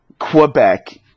Quebec